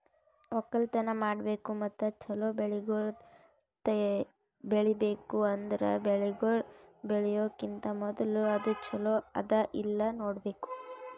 ಒಕ್ಕಲತನ ಮಾಡ್ಬೇಕು ಮತ್ತ ಚಲೋ ಬೆಳಿಗೊಳ್ ಬೆಳಿಬೇಕ್ ಅಂದುರ್ ಬೆಳಿಗೊಳ್ ಬೆಳಿಯೋಕಿಂತಾ ಮೂದುಲ ಅದು ಚಲೋ ಅದಾ ಇಲ್ಲಾ ನೋಡ್ಬೇಕು